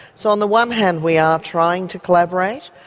so on the one hand we are trying to collaborate,